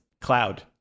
cloud